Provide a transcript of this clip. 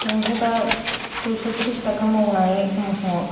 जोंथ' दा दुइस' थ्रिस थाखा मावनानै एखमब्ला समाव